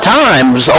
times